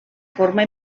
forma